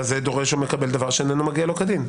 זה "דורש או מקבל דבר שאינו מגיע לו כדין".